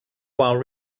while